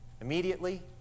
Immediately